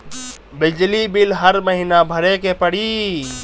बिजली बिल हर महीना भरे के पड़ी?